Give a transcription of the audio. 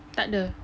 tak de